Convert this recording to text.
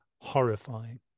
horrifying